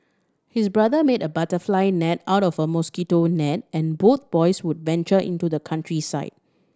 his brother made a butterfly net out of a mosquito net and both boys would venture into the countryside